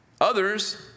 Others